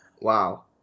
Wow